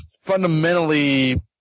fundamentally